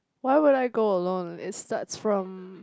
why would I go alone it starts from